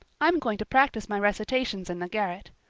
i'm going to practice my recitations in the garret.